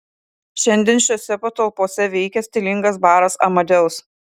šiandien šiose patalpose veikia stilingas baras amadeus